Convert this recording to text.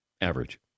average